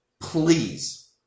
please